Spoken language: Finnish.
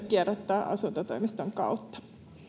kierrättää asuntotoimiston kautta